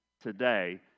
today